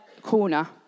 corner